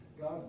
God